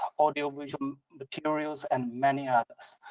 audio visual materials, and many others.